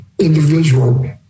individual